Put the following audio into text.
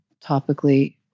topically